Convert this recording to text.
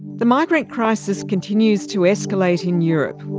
the migrant crisis continues to escalate in europe.